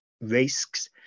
risks